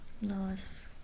Nice